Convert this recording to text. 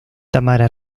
tamara